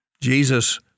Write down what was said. Jesus